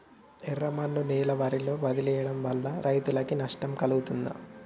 ఎర్రమన్ను నేలలో వరి వదిలివేయడం వల్ల రైతులకు నష్టం కలుగుతదా?